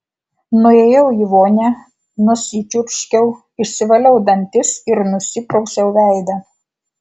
nuėjau į vonią nusičiurškiau išsivaliau dantis ir nusiprausiau veidą